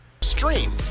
stream